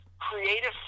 creative